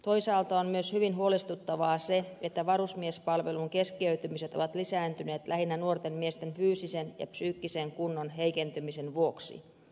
toisaalta on myös hyvin huolestuttavaa se että varusmiespalvelun keskeytymiset ovat lisääntyneet lähinnä nuorten miesten fyysisen ja psyykkisen kunnon heikentymisen vuoksi